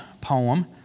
poem